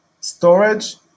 storage